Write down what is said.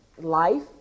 life